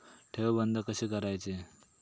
ठेव बंद कशी करायची?